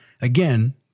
again